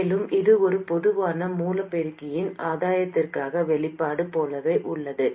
மேலும் இது ஒரு பொதுவான மூல பெருக்கியின் ஆதாயத்திற்கான வெளிப்பாடு போலவே உள்ளது